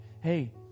hey